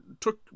Took